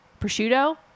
Prosciutto